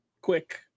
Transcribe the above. quick